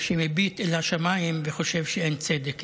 שמביט אל השמיים וחושב שאין צדק,